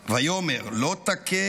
"ויאמר לא תכה,